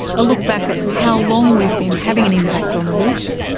a look back at how long we've been having an impact on the reef,